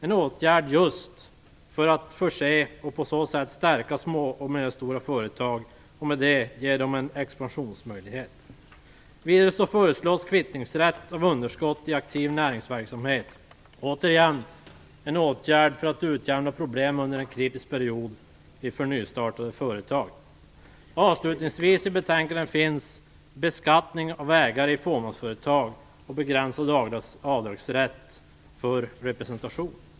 en åtgärd just för att stärka små och medelstora företag och i och med det ge dem en expansionsmöjlighet. Vidare föreslås kvittningsrätt för underskott i aktiv näringsverksamhet - återigen en åtgärd för att utjämna problem under en kritisk period för nystartade företag. Avslutningsvis i betänkandet finns förslag till beskattning av ägare i fåmansföretag och till begränsad avdragsram för representation.